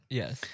yes